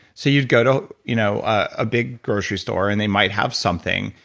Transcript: so you'd go to you know a big grocery store and they might have something,